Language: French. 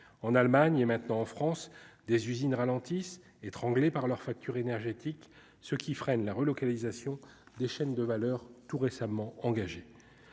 en Allemagne et maintenant en France, des usines ralentissent étranglés par leur facture énergétique, ce qui freine la relocalisation des chaînes de valeur tout récemment engagé